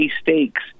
stakes